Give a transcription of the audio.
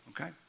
Okay